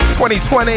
2020